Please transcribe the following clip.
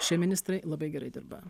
šie ministrai labai gerai dirba